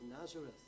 Nazareth